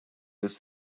this